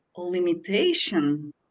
Limitation